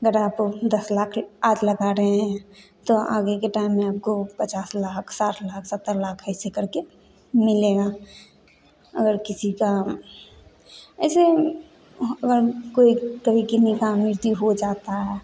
मेरा तो दस लाख आठ लाख आ रहे हैं तो आगे के टाइम में आपको पचास लाख साठ लाख सत्तर लाख ऐसे करके मिलेगा अगर किसी का ऐसे कोई तरीके का मृत्यु हो जाता है